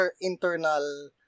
internal